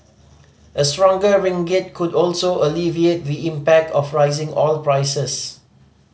a stronger ringgit could also alleviate the impact of rising oil prices